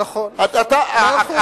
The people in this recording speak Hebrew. נכון, נכון, מאה אחוז.